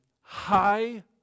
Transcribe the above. high